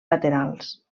laterals